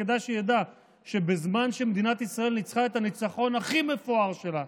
כדאי שידע שבזמן שמדינת ישראל ניצחה את הניצחון הכי מפואר שלה,